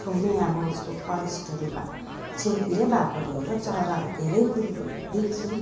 छेउमै अब यस्तो फरेस्टहरू भए छेउतिरै भएकोले होला चराहरू धेरै कुरोहरू देख्छु